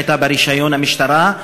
שהייתה ברישיון המשטרה,